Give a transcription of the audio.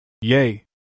Yay